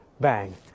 bang